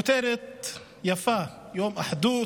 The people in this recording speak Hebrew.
כותרת יפה: יום אחדות,